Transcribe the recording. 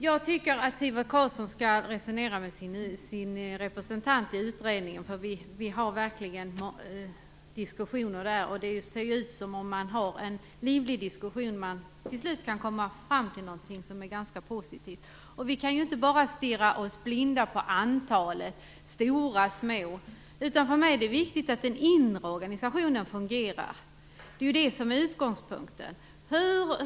Jag tycker att Sivert Carlsson skall resonera med sin representant i utredningen, för vi har verkligen diskussioner. Det ser ut som att man efter livlig diskussion till slut kan komma fram till något som är ganska positivt. Vi kan inte bara stirra oss blinda på antalet stora och små domstolar. För mig är det viktigt att den inre organisationen fungerar. Det är utgångspunkten.